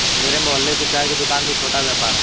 मेरे मोहल्ले की चाय की दूकान भी छोटा व्यापार है